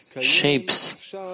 shapes